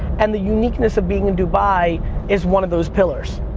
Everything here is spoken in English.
and the uniqueness of being in dubai is one of those pillars.